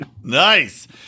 nice